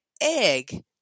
egg